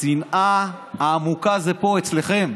השנאה העמוקה זה פה אצלכם.